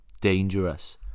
dangerous